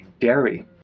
dairy